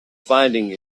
finding